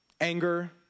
anger